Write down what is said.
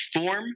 form